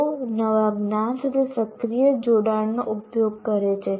તેઓ નવા જ્ઞાન સાથે સક્રિય જોડાણનો ઉપયોગ કરે છે